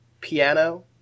piano